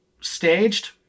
staged